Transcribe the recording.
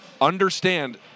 understand